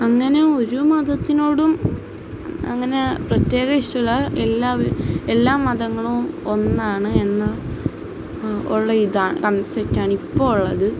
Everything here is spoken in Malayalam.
അങ്ങനെ ഒരു മതത്തിനോടും അങ്ങനെ പ്രത്യേക ഇഷ്ടമില്ല എല്ലാ എല്ലാ മതങ്ങളും ഒന്നാണ് എന്ന് ഉള്ള ഇതാണ് കൺസെപ്റ്റ് ആണ് ഇപ്പോൾ ഉള്ളത്